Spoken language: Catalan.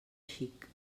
xic